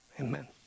Amen